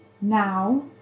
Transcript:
now